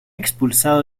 expulsado